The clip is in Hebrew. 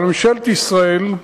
אבל ממשלת ישראל,